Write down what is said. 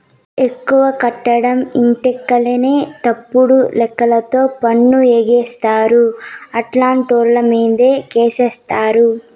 ఎక్కువ కట్టడం ఇట్టంలేకనే తప్పుడు లెక్కలతో పన్ను ఎగేస్తారు, అట్టాంటోళ్ళమీదే కేసేత్తారు